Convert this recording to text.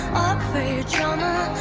for your drama,